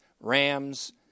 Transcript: rams